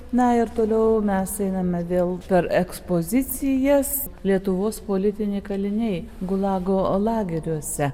na ir toliau mes einame vėl per ekspozicijas lietuvos politiniai kaliniai gulago lageriuose